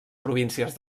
províncies